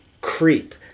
creep